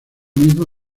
mismo